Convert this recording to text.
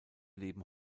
leben